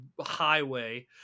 highway